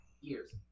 years